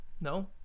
No